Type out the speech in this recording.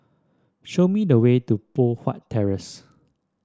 show me the way to Poh Huat Terrace